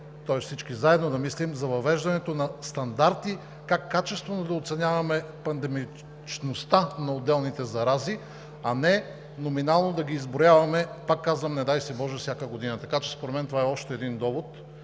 тоест всички заедно да мислим за въвеждането на стандарти как качествено да оценяваме пандемичността на отделните зарази, а не номинално да ги изброяваме, пак казвам, не дай си боже, всяка година. Така че според мен това е още един довод